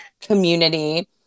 community